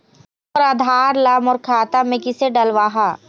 मोर आधार ला मोर खाता मे किसे डलवाहा?